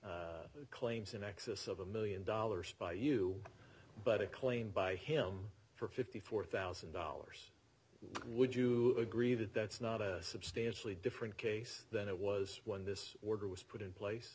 not claims in excess of a one million dollars by you but a claim by him for fifty four thousand dollars would you agree that that's not a substantially different case than it was when this order was put in place